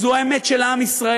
זו האמת של עם ישראל.